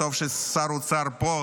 וטוב ששר האוצר פה,